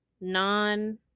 non